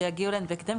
שיגיעו אלינו בהקדם,